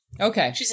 Okay